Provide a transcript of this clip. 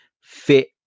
fit